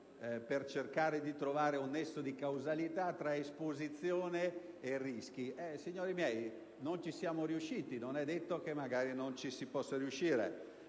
per cercare di trovare un nesso di causalità tra esposizione e rischi. Signori miei, non ci siamo riusciti, ma non è detto che non ci si possa riuscire.